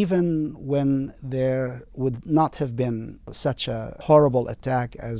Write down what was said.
even when there would not have been such a horrible attack as